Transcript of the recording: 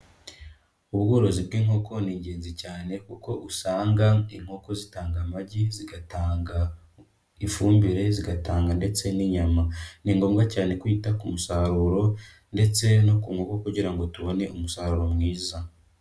Ubworozi bw'inkoko ni ingenzi cyane kuko usanga inkoko zitanga amagi, zigatanga ifumbire, zigatanga ndetse n'inyama, ni ngombwa cyane kwita ku musaruro ndetse no ku nkoko kugira ngo tubone umusaruro mwiza.